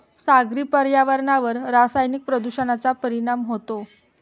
सागरी पर्यावरणावर रासायनिक प्रदूषणाचा परिणाम होतो